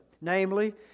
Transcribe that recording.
namely